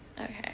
Okay